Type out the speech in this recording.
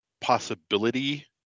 possibility